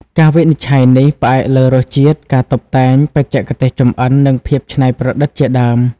ការវិនិច្ឆ័យនេះផ្អែកលើ រសជាតិ ការតុបតែង បច្ចេកទេសចម្អិននិងភាពច្នៃប្រឌិតជាដើម។